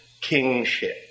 kingship